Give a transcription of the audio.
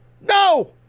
No